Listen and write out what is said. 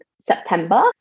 September